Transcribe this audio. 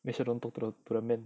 没事 don't talk to the to the men